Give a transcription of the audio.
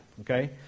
okay